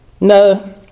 No